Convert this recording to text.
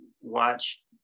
watch